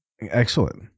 Excellent